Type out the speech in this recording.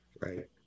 right